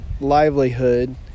livelihood